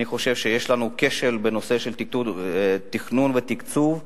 אני חושב שיש לנו כשל בנושא של תכנון ותקצוב,